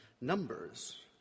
Numbers